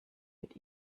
mit